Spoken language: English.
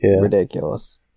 ridiculous